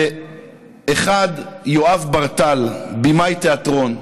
אחד, יואב ברתל, בימאי תיאטרון,